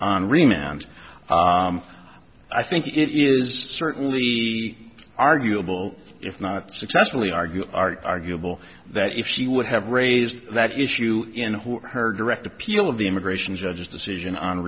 remand i think it is certainly arguable if not successfully argue are arguable that if she would have raised that issue in who her direct appeal of the immigration judges decision on